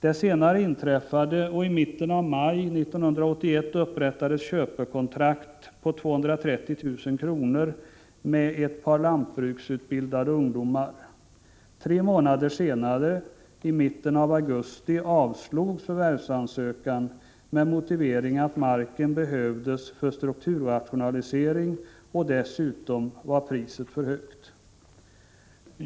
Det senare inträffade och i mitten av maj 1981 upprättades köpekontrakt på 230 000 kr. med ett par lantbruksutbildade ungdomar. Tre månader senare — i mitten av augusti — avslogs förvärvsansökan med motivering att marken behövdes för strukturrationalisering och att priset dessutom var för högt.